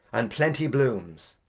and plenty blooms.